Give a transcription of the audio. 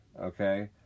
okay